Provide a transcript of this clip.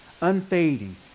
unfading